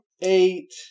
eight